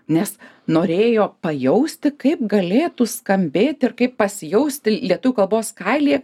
nes norėjo pajausti kaip galėtų skambėti ir kaip pasijausti lietuvių kalbos kailyje